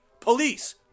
Police